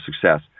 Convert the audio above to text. success